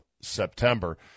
September